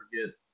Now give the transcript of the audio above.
forget